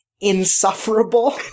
insufferable